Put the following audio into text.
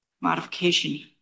modification